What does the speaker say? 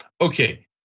Okay